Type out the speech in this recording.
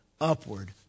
upward